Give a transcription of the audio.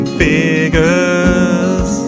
figures